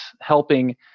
helping